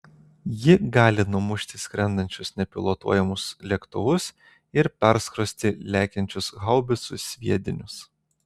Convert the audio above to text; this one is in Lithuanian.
ji gali numušti skrendančius nepilotuojamus lėktuvus ir perskrosti lekiančius haubicų sviedinius